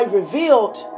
revealed